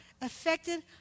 affected